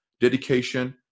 dedication